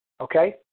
Okay